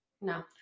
no